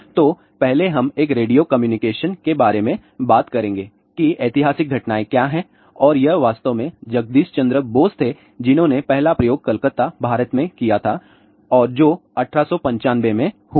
तो पहले हम एक रेडियो कम्युनिकेशन के बारे में बात करेंगे कि ऐतिहासिक घटनाएं क्या हैं और यह वास्तव में जगदीश चंद्र बोस थे जिन्होंने पहला प्रयोग कलकत्ता भारत में किया था और जो 1895 में हुआ था